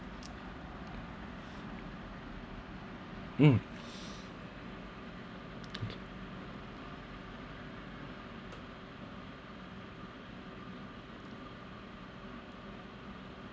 mm